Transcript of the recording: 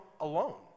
alone